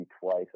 twice